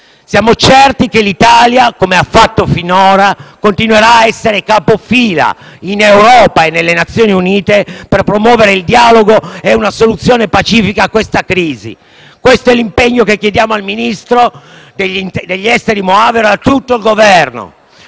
Siamo certi che l'Italia - come ha fatto finora - continuerà ad essere capofila in Europa e alle Nazioni Unite per promuovere il dialogo e una soluzione pacifica alla crisi. Questo è l'impegno che chiediamo al ministro degli affari esteri Moavero Milanesi e a tutto il Governo